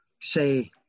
say